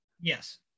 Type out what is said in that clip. Yes